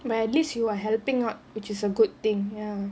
but at least you are helping out which is a good thing ya